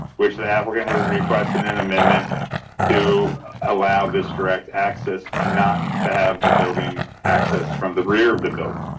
which the applicant has requested an amendment to allow this direct access and not to have the road being access from the rear of the building.